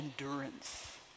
endurance